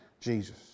Jesus